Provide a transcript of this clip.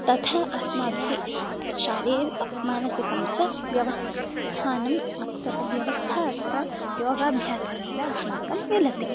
तथा अस्माभिः शारीरिकं मानसिकं च व्यवस्थानं व्यवस्था अत्र योगाभ्यासनेन अस्माकं मिलति